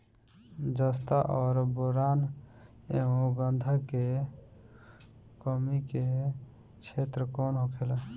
जस्ता और बोरान एंव गंधक के कमी के क्षेत्र कौन होखेला?